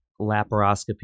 laparoscopy